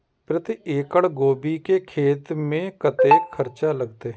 प्रति एकड़ गोभी के खेत में कतेक खर्चा लगते?